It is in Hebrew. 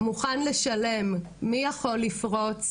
מוכן לשלם, מי יכול לפרוץ?